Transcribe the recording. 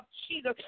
Jesus